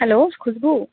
hello Khushbu